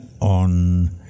on